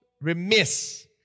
remiss